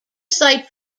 site